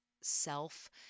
self